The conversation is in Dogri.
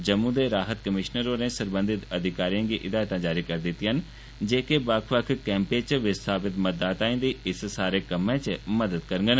जम्मू दे राहत कमीश्नर होरें सरबंधत अधिकारिएं गी हिदायतां जारी करी दित्तियां जेह्ड़े बक्ख बक्ख कैंपें च विस्थापित मतदाताएं दी इक सारे कम्मै च मद करङन